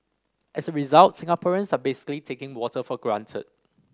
as a result Singaporeans are basically taking water for granted